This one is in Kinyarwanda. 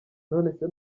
nonese